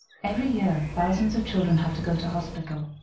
every year thousands of children have to go to hospitals,